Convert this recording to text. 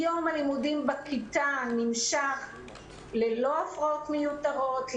יום הלימודים בכיתה נמשך ללא הפרעות מיותרות,